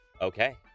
Okay